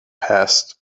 passed